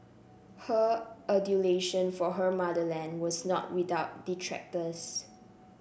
her adulation for her motherland was not without detractors